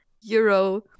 euro